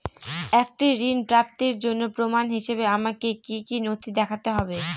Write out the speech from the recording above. একটি ঋণ প্রাপ্তির জন্য প্রমাণ হিসাবে আমাকে কী কী নথি দেখাতে হবে?